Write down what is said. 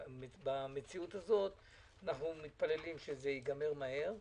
במציאות הזאת אנחנו מתפללים שזה ייגמר מהר ואז,